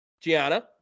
Gianna